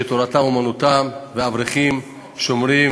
שתורתם אומנותם, ואברכים שומרים